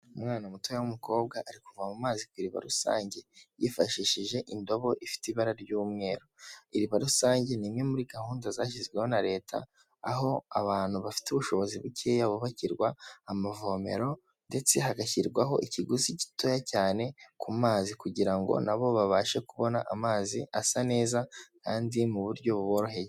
Umwana mutoya w'umukobwa arikuvoma amazi ku iriba rusange yifashishije indobo ifite ibara ry'umweru. Iriba rusange ni imwe muri gahunda zashyizweho na Leta aho abantu bafite ubushobozi bukeya bubakirwa amavomero, ndetse hagashyirwaho ikiguzi gitoya cyane ku mazi kugira ngo na bo babashe kubona amazi asa neza kandi mu buryo buboroheye.